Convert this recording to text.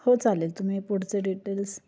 हो चालेल तुम्ही पुढचे डिटेल्स